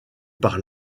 par